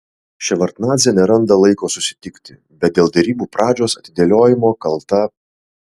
ševardnadzė neranda laiko susitikti bet dėl derybų pradžios atidėliojimo kalta